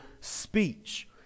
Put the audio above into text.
speech